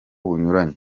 bunyuranye